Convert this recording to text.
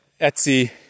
Etsy